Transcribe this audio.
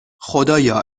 خدایا